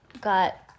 got